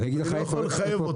אני לא יכול לחייב אותו.